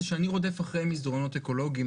זה שאני רודף אחרי מסדרונות אקולוגיים,